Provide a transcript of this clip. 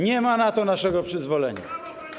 Nie ma na to naszego przyzwolenia.